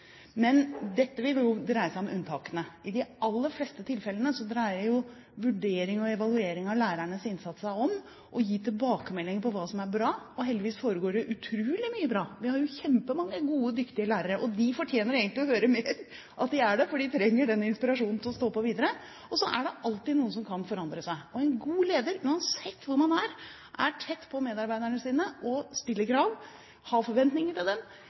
Men dette vil dreie seg om unntakene. I de aller fleste tilfellene dreier evaluering og vurdering av lærernes innsats seg om å gi tilbakemelding om hva som er bra. Og heldigvis foregår det utrolig mye bra. Vi har kjempemange gode og dyktige lærere, og de fortjener egentlig å høre oftere at de er det, for de trenger den inspirasjonen til å stå på videre. Og så er det alltid noe som kan forandre seg. En god leder, uansett hvor man er, er tett på medarbeiderne sine og stiller krav, har forventninger til